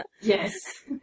Yes